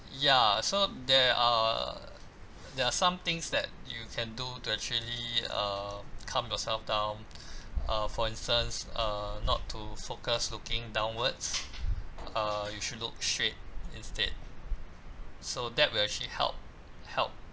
ya so there are there are some things that you can do to actually uh calm yourself down uh for instance uh not to focus looking downwards uh you should look straight instead so that will actually help help